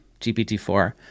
GPT-4